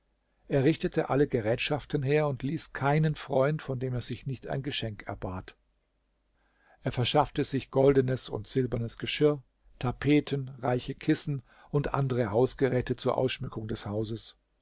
er richtete alle gerätschaften her und ließ keinen freund von dem er sich nicht ein geschenk erbat er verschaffte sich goldenes und silbernes geschirr tapeten reiche kissen und andere hausgeräte zur ausschmückung des hauses